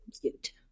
cute